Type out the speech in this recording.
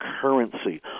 currency